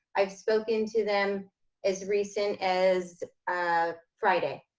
i've spoken to them as recent as ah friday.